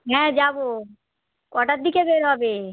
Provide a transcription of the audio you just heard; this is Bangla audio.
হ্যাঁ যাবো কটার দিকে বের হবে